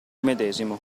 medesimo